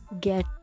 get